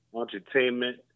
Entertainment